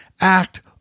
act